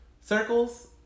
circles